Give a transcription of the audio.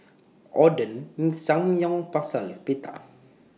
Oden Samgyeopsal and Pita